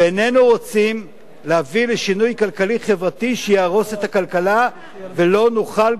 ואיננו רוצים להביא לשינוי כלכלי-חברתי שיהרוס את הכלכלה ולא נוכל,